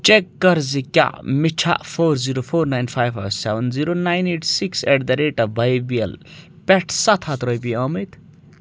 check کَر زِ کیٛاہ مےٚ چھا four zero four nine five seven zero nine eight six eight the rate of Y B L پٮ۪ٹھ سَتھ رۄپیہِ آمٕتۍ